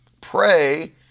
Pray